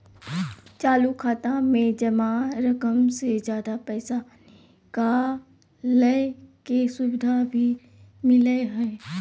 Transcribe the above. चालू खाता में जमा रकम से ज्यादा पैसा निकालय के सुविधा भी मिलय हइ